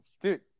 dude